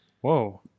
whoa